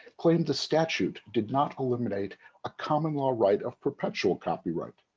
claimed the statute did not eliminate a common law right of perpetual copyright,